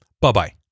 bye-bye